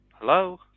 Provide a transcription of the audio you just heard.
Hello